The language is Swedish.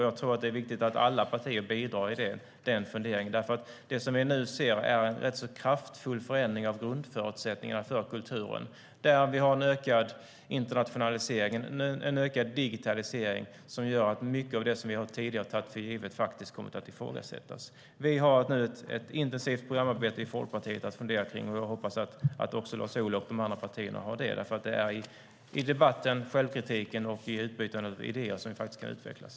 Jag tror att det är viktigt att alla partier bidrar i den funderingen. Det som vi nu ser är en rätt så kraftfull förändring av grundförutsättningarna för kulturen, där vi har en ökad internationalisering och en ökad digitalisering som gör att mycket av det som vi tidigare har tagit för givet har kommit att ifrågasättas. Vi har nu ett intensivt programarbete att fundera kring i Folkpartiet, och jag hoppas att Lars Ohly och de andra partierna också har det. Det är i debatten, i självkritiken och i utbytandet av idéer som vi kan utvecklas.